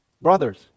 Brothers